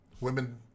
Women